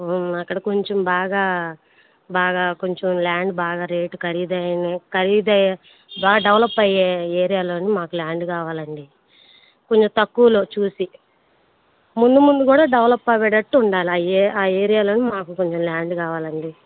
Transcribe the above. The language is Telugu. అక్కడ కొంచెం బాగా బాగా కొంచెం ల్యాండ్ బాగా రేట్ ఖరీదైన బాగా డెవలప్ అయ్యే ఏరియాలో మాకు ల్యాండ్ కావాలండి కొంచెం తక్కువలో చూసి ముందు ముందు కూడా డెవలప్ అయ్యేటట్లు ఉండాలి ఆ ఏరియాలో మాకు కొంచెం ల్యాండ్ కావాలండి